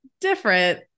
different